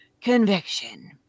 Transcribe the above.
conviction